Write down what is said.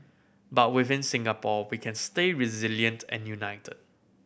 but within Singapore we can stay resilient and united